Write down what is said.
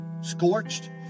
scorched